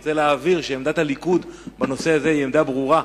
אני רוצה להבהיר שעמדת הליכוד בעניין הזה היא עמדה ברורה,